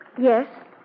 Yes